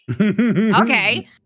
Okay